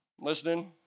Listening